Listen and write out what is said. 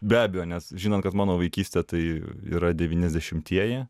be abejo nes žinant kad mano vaikystė tai yra devyniasdešimtieji